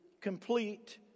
complete